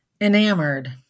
Enamored